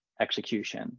execution